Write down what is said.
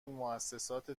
موسسات